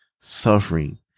suffering